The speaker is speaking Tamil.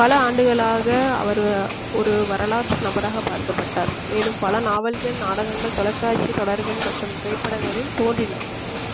பல ஆண்டுகளாக அவர் ஒரு வரலாற்று நபராகப் பார்க்கப்பட்டார் மேலும் பல நாவல்கள் நாடகங்கள் தொலைக்காட்சித் தொடர்கள் மற்றும் திரைப்படங்களில் தோன்றினார்